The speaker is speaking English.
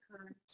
current